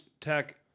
Tech